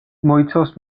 მოიცავს